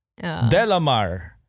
Delamar